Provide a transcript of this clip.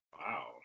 Wow